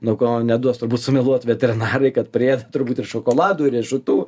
nuo ko neduos turbūt sumeluot veterinarai kad priėda turbūt ir šokoladų ir riešutų